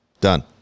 done